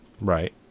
Right